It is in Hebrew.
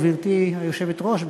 גברתי היושבת-ראש,